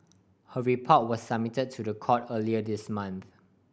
her report was submit to the court earlier this month